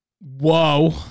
Whoa